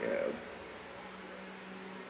yup